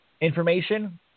information